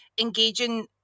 engaging